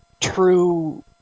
true